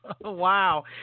Wow